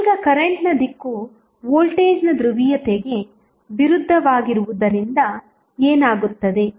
ಈಗ ಕರೆಂಟ್ನ ದಿಕ್ಕು ವೋಲ್ಟೇಜ್ನ ಧ್ರುವೀಯತೆಗೆ ವಿರುದ್ಧವಾಗಿರುವುದರಿಂದ ಏನಾಗುತ್ತದೆ